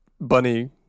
bunny